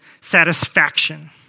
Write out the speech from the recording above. satisfaction